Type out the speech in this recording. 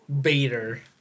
Bader